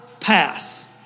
Pass